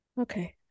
okay